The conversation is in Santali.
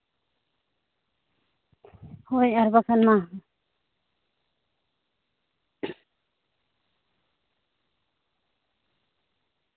ᱦᱳᱭ ᱟᱨ ᱵᱟᱠᱷᱟᱱ ᱢᱟ